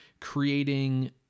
creating